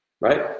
right